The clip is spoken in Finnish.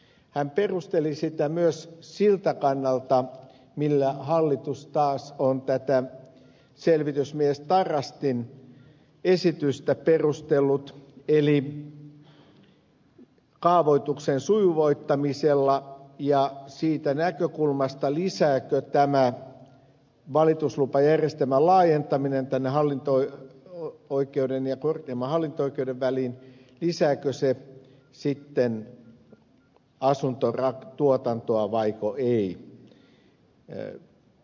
hän perusteli sitä myös siltä kannalta millä hallitus taas on tätä selvitysmies tarastin esitystä perustellut eli kaavoituksen sujuvoittamisella ja siitä näkökulmasta lisääkö vai eikö lisää asuntotuotantoa tämä valituslupajärjestelmän laajentaminen hallinto oikeuden ja korkeimman hallinto oikeuden väliin lisääkö se sitten asunto ja tuotantoa vaikka keli ei